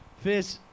fish